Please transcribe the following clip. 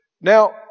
Now